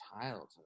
childhood